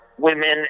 women